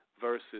versus